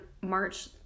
March